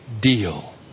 deal